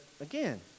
again